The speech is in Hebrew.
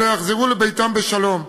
אלא הם יחזרו לביתם בשלום.